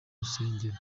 nsengero